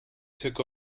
took